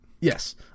Yes